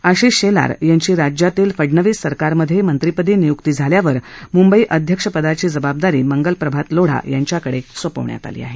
आशिष शेलार यांची राज्यातील फडणवीस सरकारमध्ये मंत्रिपदी निय्क्ती झाल्यावर म्ंबई अध्यक्षपदाची जबाबदारी मंगल प्रभात लोढा यांच्याकडे सोपवण्यात आली आहे